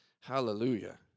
Hallelujah